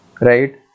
right